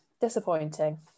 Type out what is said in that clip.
disappointing